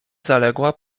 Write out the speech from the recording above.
zaległa